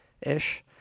ish